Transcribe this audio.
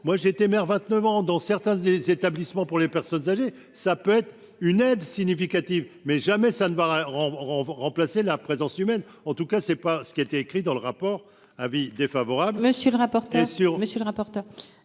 moi j'ai été maire 29 ans dans certains des établit. Bon, pour les personnes âgées, ça peut être une aide significative mais jamais ça ne va on va remplacer la présence humaine, en tout cas c'est pas ce qui était écrit dans le rapport : avis défavorable.